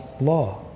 law